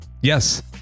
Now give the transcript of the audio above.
Yes